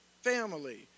family